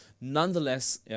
Nonetheless